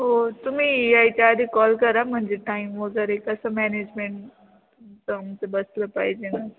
हो तुम्ही यायच्याआधी कॉल करा म्हणजे टाईम वगैरे कसं मॅनेजमेंट तुमचं बसलं पाहिजे ना